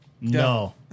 no